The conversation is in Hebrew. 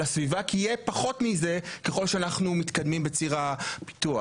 הסביבה כי יהיה פחות מזה ככל שאנחנו מתקדמים בציר הזמן.